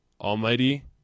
almighty